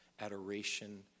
adoration